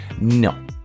No